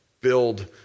build